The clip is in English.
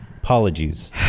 apologies